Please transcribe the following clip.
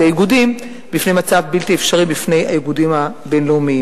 את האיגודים בפני מצב בלתי אפשרי בפני האיגודים הבין-לאומיים.